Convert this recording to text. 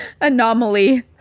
anomaly